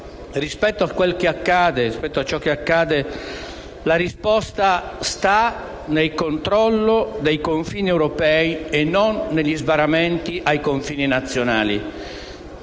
Rispetto a ciò che accade, la risposta sta nel controllo dei confini europei e non negli sbarramenti ai confini nazionali.